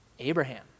Abraham